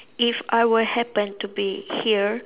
if I were happen to be here